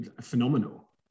phenomenal